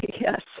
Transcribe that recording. Yes